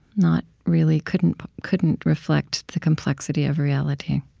not really couldn't couldn't reflect the complexity of reality